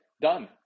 Done